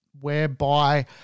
whereby –